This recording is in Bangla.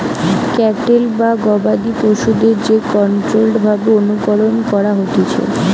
ক্যাটেল বা গবাদি পশুদের যে কন্ট্রোল্ড ভাবে অনুকরণ করা হতিছে